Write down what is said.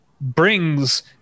brings